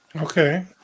Okay